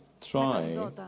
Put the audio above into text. try